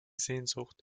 sehnsucht